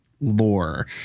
lore